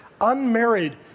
unmarried